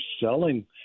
selling